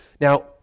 Now